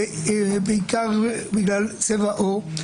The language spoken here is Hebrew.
בעיקר בגלל צבע עור.